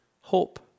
hope